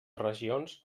regions